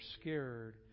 scared